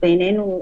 בינינו,